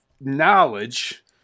knowledge